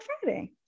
friday